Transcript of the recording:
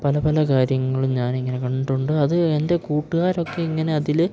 പല പല കാര്യങ്ങളും ഞാനിങ്ങനെ കണ്ടിട്ടുണ്ട് അത് എൻ്റെ കൂട്ടുകാരൊക്കെ ഇങ്ങനെ അതില്